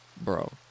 bro